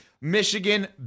Michigan